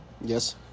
Yes